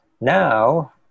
Now